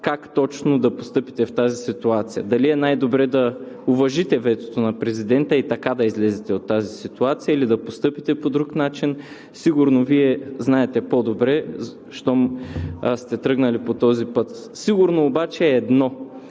как точно да постъпите в тази ситуация – дали е най-добре да уважите ветото на президента и така да излезете от тази ситуация, или да постъпите по друг начин. Сигурно Вие знаете по добре, щом сте тръгнали по този път. Сигурно обаче е едно